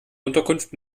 unterkunft